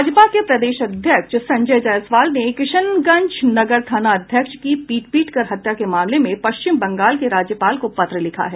भाजपा के प्रदेश अध्यक्ष संजय जायसवाल ने किशनगंज नगर थाना अध्यक्ष की पीट पीटकर हत्या के मामले में पश्चिम बंगाल के राज्यपाल को पत्र लिखा है